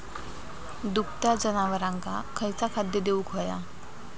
दुभत्या जनावरांका खयचा खाद्य देऊक व्हया?